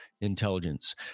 intelligence